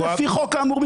או לפי חוק כאמור,